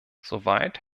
soweit